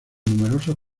numerosos